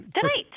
tonight